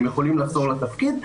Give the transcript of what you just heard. הם יכולים לחזור לתפקיד.